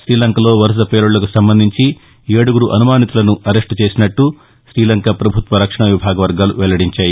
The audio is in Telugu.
శ్రీలంకలో వరుస పేలుళ్లకు సంబంధించి ఏడుగురు అనుమానితులను అరెస్టు చేసినట్లు శ్రీలంక పభుత్వ రక్షణ విభాగ వర్గాలు వెల్లడించాయి